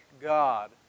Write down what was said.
God